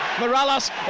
Morales